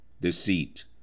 deceit